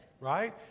right